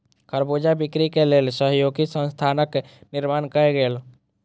खरबूजा बिक्री के लेल सहयोगी संस्थानक निर्माण कयल गेल